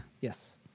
Yes